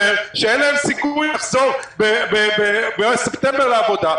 שאין להם סיכוי לחזור בספטמבר לעבודה.